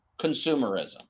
consumerism